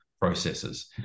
processes